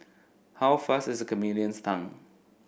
how fast is a chameleon's tongue